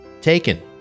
taken